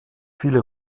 viele